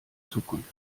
zukunft